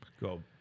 go